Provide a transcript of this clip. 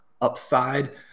upside